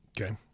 Okay